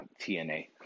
TNA